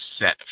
set